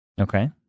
Okay